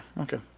okay